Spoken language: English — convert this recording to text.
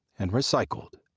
and recycled.